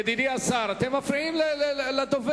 ידידי השר, אתם מפריעים לדובר.